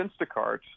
Instacart